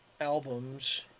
albums